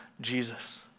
Jesus